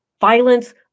Violence